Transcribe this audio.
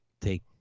take